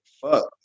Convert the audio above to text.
fuck